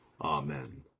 Amen